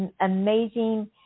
amazing